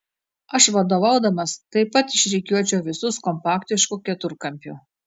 aš vadovaudamas taip pat išrikiuočiau visus kompaktišku keturkampiu